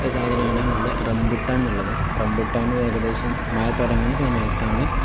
സാധനമാണ് നമ്മുടെ റംബുട്ടാന് എന്നുള്ളത് റംബുട്ടാനും ഏകദേശം മഴ തുടങ്ങുന്ന സമയത്താണ്